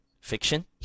fiction